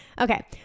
Okay